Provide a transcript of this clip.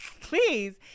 Please